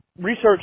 research